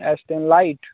S ten light